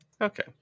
Okay